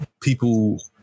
people